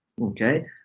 okay